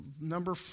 Number